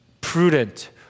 prudent